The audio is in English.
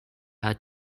had